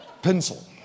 pencil